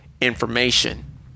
information